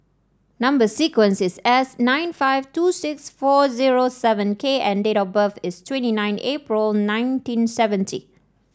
number sequence is S nine five two six four zero seven K and date of birth is twenty nine April nineteen seventy